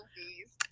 movies